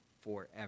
forever